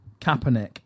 Kaepernick